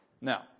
Now